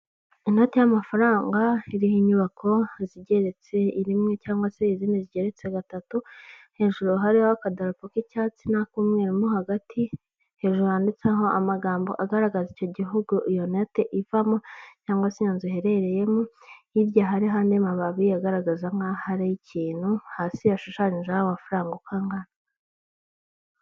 inoti y'amafaranga iriho inyubako zigeretse rimwe cyangwa se izindi zigeretse gatatu hejuru hariho akadarapo k'icyatsi n'ak'umweru hagati hejuru handitseho amagambo agaragaza icyo gihugu iyo note ivamo cyangwa se iyo nzu iherereyemo hirya hariho andi amababi agaragaza nkahari ikintu hasi hashushanyijeho amafaranga uko angana